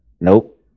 Nope